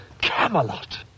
Camelot